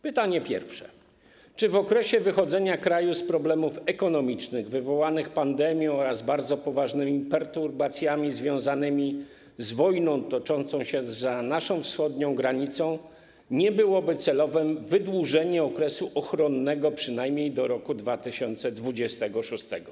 Pytanie pierwsze: Czy w czasie wychodzenia kraju z problemów ekonomicznych wywołanych pandemią oraz bardzo poważnymi perturbacjami związanymi z wojną toczącą się za naszą wschodnią granicą nie byłoby celowe wydłużenie okresu ochronnego przynajmniej do roku 2026?